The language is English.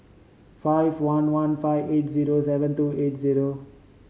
five one one five eight zero seven two eight zero